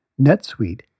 NetSuite